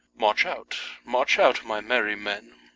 march out, march out, my merry men,